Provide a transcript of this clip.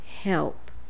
help